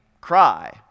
cry